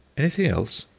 anything else?